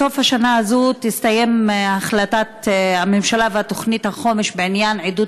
בסוף השנה הזאת תסתיים החלטת הממשלה ותוכנית החומש בעניין עידוד